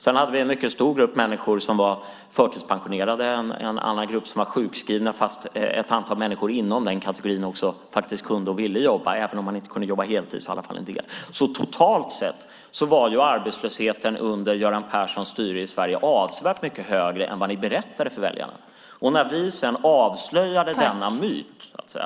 Det fanns även en mycket stor grupp människor som var förtidspensionerade och en annan grupp som var sjukskrivna trots att ett antal människor inom denna kategori faktiskt kunde och ville jobba. Även om de inte kunde jobba heltid kunde de i alla fall jobba deltid. Totalt sett var arbetslösheten under Göran Perssons styre i Sverige avsevärt mycket högre än vad ni berättade för väljarna. När vi sedan avslöjade denna myt och